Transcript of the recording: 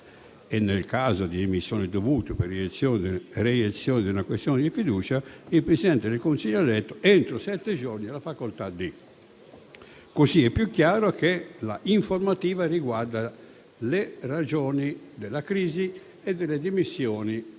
nel caso di dimissioni dovute a reiezione di una questione di fiducia, il Presidente del Consiglio eletto, entro sette giorni» ha la facoltà di. Così è più chiaro che l'informativa riguarda le ragioni della crisi e delle dimissioni